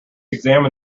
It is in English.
examine